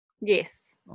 yes